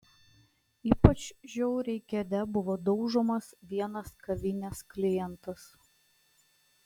ypač žiauriai kėde buvo daužomas vienas kavinės klientas